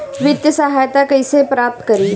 वित्तीय सहायता कइसे प्राप्त करी?